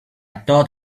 thought